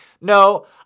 No